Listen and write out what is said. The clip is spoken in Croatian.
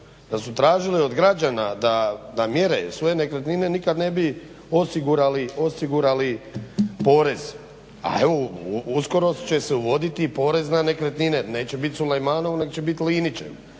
da su tražili od građana da mjere svoje nekretnine nikad ne bi osigurali porez, a evo uskoro će se uvoditi porez na nekretnine, neće biti Suljemanov nego će biti LInićev.